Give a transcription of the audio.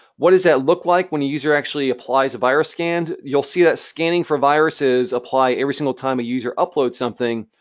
what does that look like, when a user actually applies a virus scan? you'll see that scanning for viruses apply every single time a user uploads something.